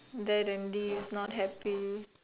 there Rendy is not happy